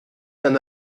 d’un